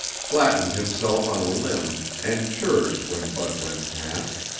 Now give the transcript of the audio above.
flattened himself on a limb and chirred when bud went past.